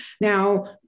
now